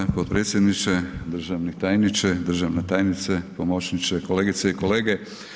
Hvala potpredsjedniče, državni tajniče, državna tajnice, pomoćniče, kolegice i kolege.